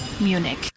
Munich